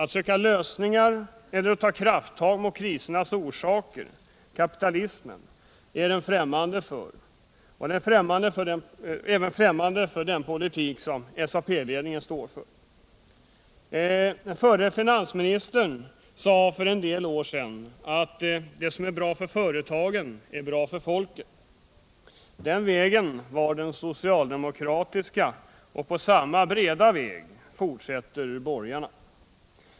Att söka lösningar eller att ta krafttag mot krisernas orsaker, kapitalismen, är ffrämmande för den politik som SAP-ledningen står för. Förre finansministern sade för en hel del år sedan att det som är bra för företagen är bra för folket. Den vägen var den socialdemokratiska, och på samma breda väg fortsätter borgarna.